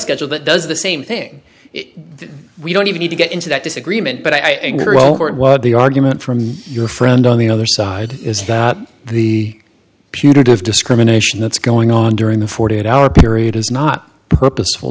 schedule that does the same thing we don't even need to get into that disagreement but i think the argument from your friend on the other side is that the putative discrimination that's going on during the forty eight hour period is not purposeful